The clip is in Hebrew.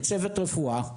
של צוות רפואה.